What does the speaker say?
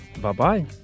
Bye-bye